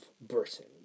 Britain